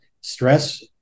stress